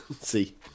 See